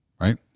Right